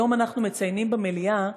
היום אנחנו מציינים במליאה